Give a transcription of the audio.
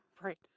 right